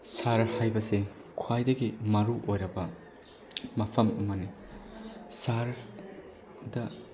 ꯁꯍꯔ ꯍꯥꯏꯕꯁꯦ ꯈ꯭ꯋꯥꯏꯗꯒꯤ ꯃꯔꯨ ꯑꯣꯏꯔꯕ ꯃꯐꯝ ꯑꯃꯅꯤ ꯁꯍꯔꯗ